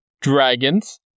dragons